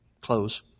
close